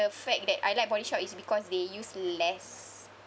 the fact that I like Body Shop is because they use less